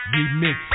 Remix